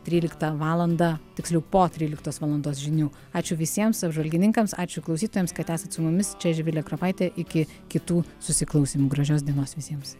tryliktą valandą tiksliau po tryliktos valandos žinių ačiū visiems apžvalgininkams ačiū klausytojams kad esat su mumis čia živilė kropaitė iki kitų susiklausymų gražios dienos visiems